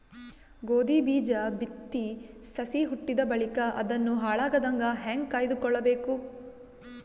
ಗೋಧಿ ಬೀಜ ಬಿತ್ತಿ ಸಸಿ ಹುಟ್ಟಿದ ಬಳಿಕ ಅದನ್ನು ಹಾಳಾಗದಂಗ ಹೇಂಗ ಕಾಯ್ದುಕೊಳಬೇಕು?